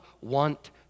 want